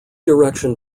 direction